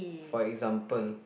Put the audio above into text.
for example